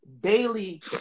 daily